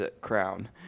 crown